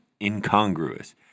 incongruous